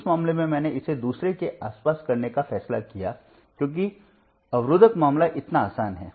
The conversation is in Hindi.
इस मामले में मैंने इसे दूसरे के आसपास करने का फैसला किया क्योंकि रोकनेवाला मामला इतना आसान है